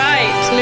Right